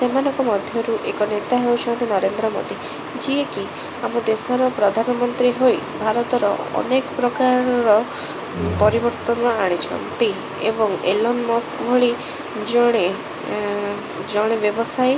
ସେମାନଙ୍କ ମଧ୍ୟରୁ ଏକ ନେତା ହେଉଛନ୍ତି ନରେନ୍ଦ୍ର ମୋଦୀ ଯିଏ କି ଆମ ଦେଶର ପ୍ରଧାନମନ୍ତ୍ରୀ ହୋଇ ଭାରତର ଅନେକ ପ୍ରକାରର ପରିବର୍ତ୍ତନ ଆଣିଛନ୍ତି ଏବଂ ଏଲନ୍ ମସ୍କ ଭଳି ଜଣେ ଜଣେ ବ୍ୟବସାୟୀ